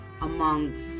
amongst